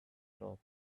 top